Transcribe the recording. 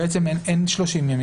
אנחנו רוצים להתקדם.